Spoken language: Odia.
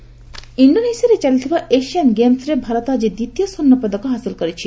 ଏସିଆଡ୍ ଇଷ୍ଟୋନେସିଆରେ ଚାଲିଥିବା ଏସିଆନ ଗେମ୍ରେ ଭାରତ ଆକି ଦ୍ୱିତୀୟ ସ୍ୱର୍ଷପଦକ ହାସଲ କରଛି